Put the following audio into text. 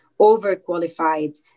overqualified